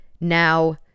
now